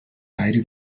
beide